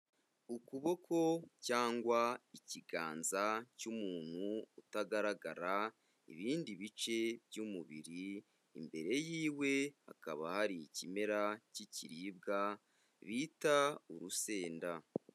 Ukuboko cyangwa ikiganza cy'umuntu utagaragara ibindi bice by'umubiri, imbere yiwe hakaba hari ikimera cy'ikiribwa bita urusenda.